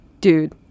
dude